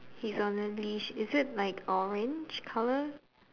he's on a leash is it like orange colour